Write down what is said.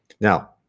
now